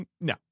no